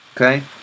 Okay